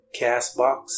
CastBox